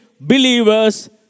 believers